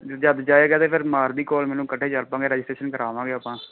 ਜਦੋਂ ਜਾਏਗਾ ਤਾਂ ਫਿਰ ਮਾਰ ਦੀ ਕੋਲ ਮੈਨੂੰ ਇਕੱਠੇ ਚਲ ਪਾਂਗੇ ਰਜਿਸਟ੍ਰੇਸ਼ਨ ਕਰਾ ਆਵਾਂਗੇ ਆਪਾਂ